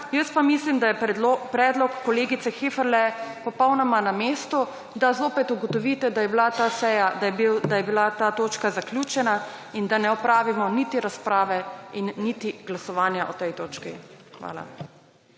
Jaz pa mislim, da je predlog kolegice Heferle popolnoma na mestu, da zopet ugotovite, da je bila ta točka zaključena in da ne opravimo niti razprave niti glasovanja o tej točki. Hvala.